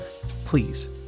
please